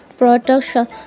production